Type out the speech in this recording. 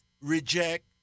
reject